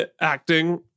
acting